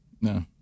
No